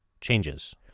changes